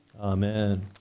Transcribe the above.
Amen